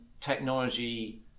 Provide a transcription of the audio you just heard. technology